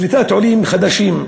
קליטת עולים חדשים,